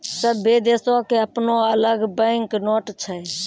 सभ्भे देशो के अपनो अलग बैंक नोट छै